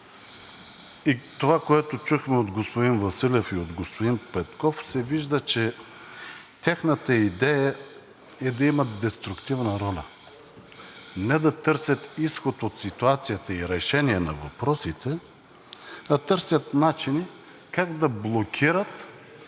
и това, което чухме от господин Василев, и от господин Петков, се вижда, че тяхната идея е да имат деструктивна роля, а не да търсят изход от ситуацията и решение на въпросите, да търсят начини как да блокират